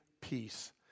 peace